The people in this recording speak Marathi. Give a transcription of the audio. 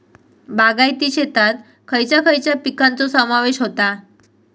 बागायती शेतात खयच्या खयच्या पिकांचो समावेश होता?